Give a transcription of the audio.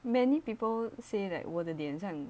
many people say like 我的脸相